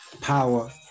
power